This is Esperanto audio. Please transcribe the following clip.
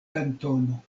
kantono